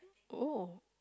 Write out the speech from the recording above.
oh